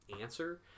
answer